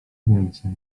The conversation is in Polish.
więcej